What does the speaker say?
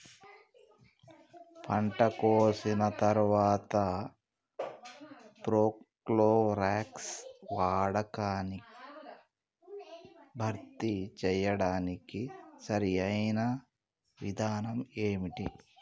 పంట కోసిన తర్వాత ప్రోక్లోరాక్స్ వాడకాన్ని భర్తీ చేయడానికి సరియైన విధానం ఏమిటి?